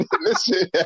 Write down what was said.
listen